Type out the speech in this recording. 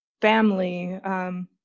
family